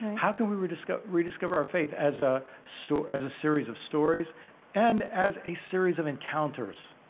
how can we rediscover rediscover our faith as ah so as a series of stories and as a series of encounters?